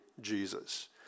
Jesus